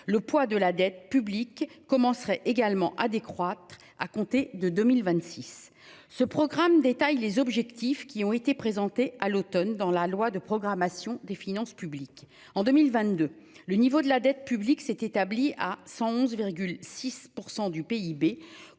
Le poids de la dette publique commencera également à décroître à compter de 2026, ce programme détaille les objectifs qui ont été présentés à l'Automne dans la loi de programmation des finances publiques en 2022, le niveau de la dette publique s'est établi à 111 6 % du PIB,